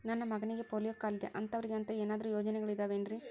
ನನ್ನ ಮಗನಿಗ ಪೋಲಿಯೋ ಕಾಲಿದೆ ಅಂತವರಿಗ ಅಂತ ಏನಾದರೂ ಯೋಜನೆಗಳಿದಾವೇನ್ರಿ?